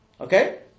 Okay